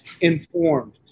informed